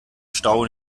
stau